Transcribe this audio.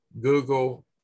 Google